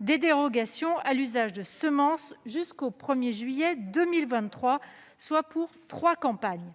de dérogations pour l'usage de semences jusqu'au 1 juillet 2023, soit pour trois campagnes.